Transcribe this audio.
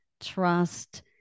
trust